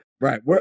Right